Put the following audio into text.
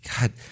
God